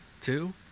two